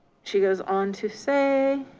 she goes on to say,